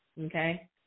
okay